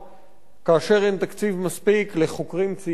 כאשר אין תקציב מספיק לחוקרים צעירים שאנחנו